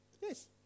Yes